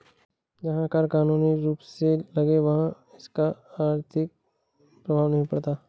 जहां कर कानूनी रूप से लगे वहाँ पर इसका आर्थिक प्रभाव नहीं पड़ता